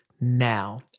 now